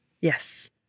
yes